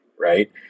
right